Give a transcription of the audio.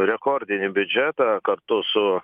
rekordinį biudžetą kartu su